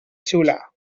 xiular